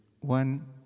One